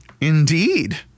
Indeed